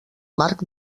marc